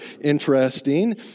interesting